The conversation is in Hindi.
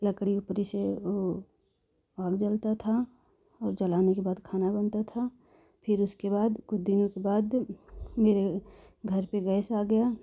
लकड़ी उकड़ी से आग जलता था और जलाने के बाद खाना बनता था फिर उसके बाद कुछ दिनों के बाद मेरे घर पे गैस आ गया